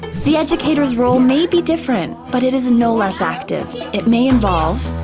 the educator's role may be different, but it is no less active. it may involve